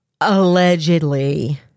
allegedly